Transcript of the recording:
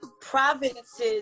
province's